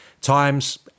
times